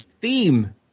theme